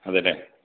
അതെ അല്ലേ